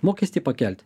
mokestį pakelt